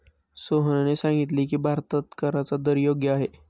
सोहनने सांगितले की, भारतात कराचा दर योग्य आहे